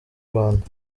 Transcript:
rwanda